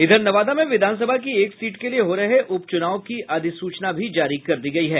इधर नवादा में विधानसभा की एक सीट के लिये हो रहे उपचुनाव की अधिसूचना भी जारी कर दी गयी है